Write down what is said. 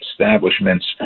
establishments